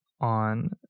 on